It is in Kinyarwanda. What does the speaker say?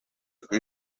kuri